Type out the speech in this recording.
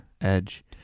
Edge